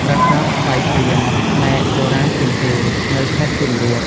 ប្រាសាទស្វាយព្រាម (ផ្នែកបុរាណជាងគេ) នៅ (ខេត្តសៀមរាប)។